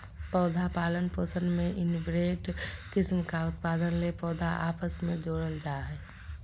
पौधा पालन पोषण में इनब्रेड किस्म का उत्पादन ले पौधा आपस मे जोड़ल जा हइ